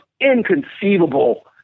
inconceivable